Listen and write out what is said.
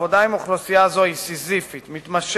העבודה עם אוכלוסייה זו היא סיזיפית ומתמשכת,